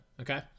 okay